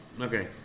okay